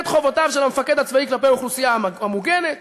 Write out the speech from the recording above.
את חובותיו של המפקד הצבאי כלפי אוכלוסייה המוגנת,